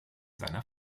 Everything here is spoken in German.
seiner